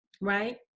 right